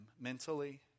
mentally